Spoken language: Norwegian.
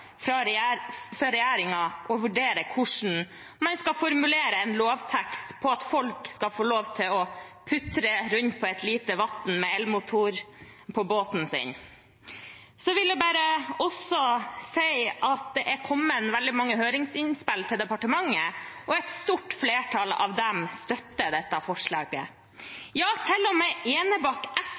å vurdere hvordan man skal formulere en lovtekst sånn at folk skal få lov til å putre rundt på et lite vann med elmotor på båten sin. Så vil jeg også si at det er kommet veldig mange høringsinnspill til departementet, og et stort flertall av dem støtter dette forslaget. Ja, til og med Enebakk